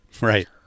Right